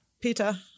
Peter